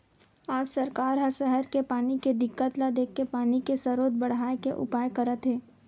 आज सरकार ह सहर के पानी के दिक्कत ल देखके पानी के सरोत बड़हाए के उपाय करत हे